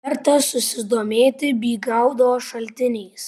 verta susidomėti bygaudo šaltiniais